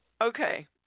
Okay